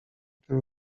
tym